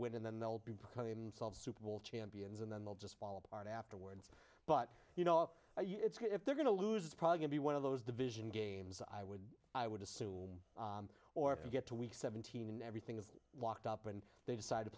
and then they'll be super bowl champions and then they'll just fall apart afterwards but you know if they're going to lose it's probably going to be one of those division games i would i would assume or if you get to week seventeen and everything is locked up and they decide to